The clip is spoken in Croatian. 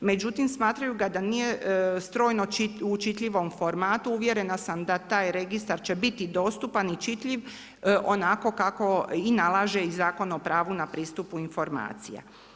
Međutim, smatraju ga da nije strojno u čitljivom formatu, uvjerena sam da taj registar će biti dostupan i čitljiv onako kako i nalaže i Zakon o pravu na pristupu informacija.